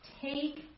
Take